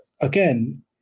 again